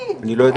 אני לא יודע.